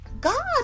God